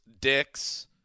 dicks